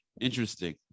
Interesting